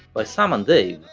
by sam and dave,